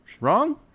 Wrong